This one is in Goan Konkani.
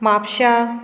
म्हापश्या